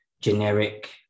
generic